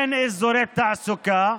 אין אזורי תעסוקה